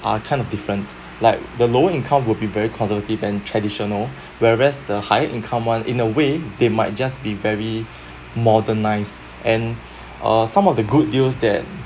are kind of difference like the lower income would be very conservative and traditional whereas the higher income one in a way they might just be very modernized and uh some of the good deals that